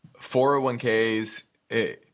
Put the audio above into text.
401ks